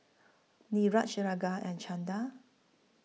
Niraj Ranga and Chanda